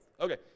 Okay